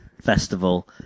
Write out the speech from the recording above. festival